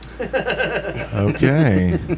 Okay